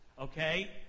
okay